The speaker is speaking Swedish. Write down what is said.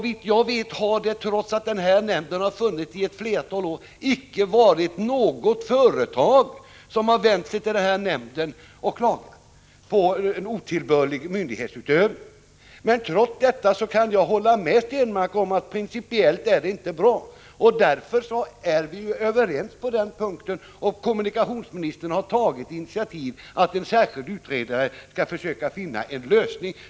Såvitt jag vet har, trots att nämnden har funnits ett flertal år, inget företag vänt sig till den och klagat på otillbörlig myndighetsutövning. Trots det kan jag hålla med Per Stenmarck om att det rent principiellt inte är bra som det är. Vi är alltså överens på den punkten. Kommunikationsministern har också tagit initiativet att låta en utredare försöka finna en lösning.